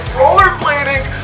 rollerblading